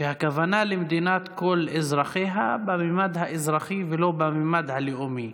שהכוונה למדינת כל אזרחיה בממד האזרחי ולא בממד הלאומי.